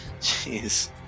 Jeez